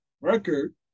record